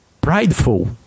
prideful